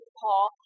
Paul